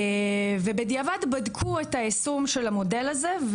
ובדיעבד בדקו את היישום של המודל הזה,